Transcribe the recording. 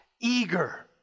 eager